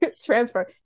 transfer